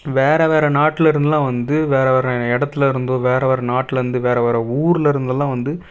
வேறே வேறே நாட்டில் இருந்தெலாம் வந்து வேறே வேறே இடத்துல இருந்து வேறே வேறே நாட்டில் இருந்து வேறே வேறே ஊரில் இருந்தெல்லாம் வந்து